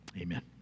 Amen